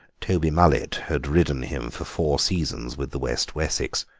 toby mullet had ridden him for four seasons with the west wessex